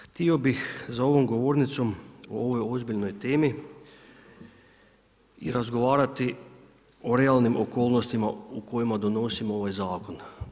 Htio bih za ovom govornicom o ovoj ozbiljnoj temi i razgovarati o realnim okolnostima u kojima donosimo ovaj Zakon.